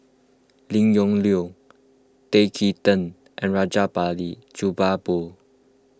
Lim Yong Liang Tan Kim Tian and Rajabali Jumabhoy